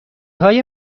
های